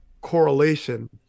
correlation